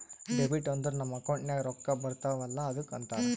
debit ಅಂದುರ್ ನಮ್ account ನಾಗ್ ರೊಕ್ಕಾ ಬರ್ತಾವ ಅಲ್ಲ ಅದ್ದುಕ ಅಂತಾರ್